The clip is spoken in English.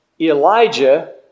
Elijah